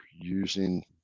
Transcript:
using